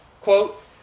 quote